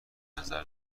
نظر